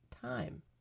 time